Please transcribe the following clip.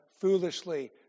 foolishly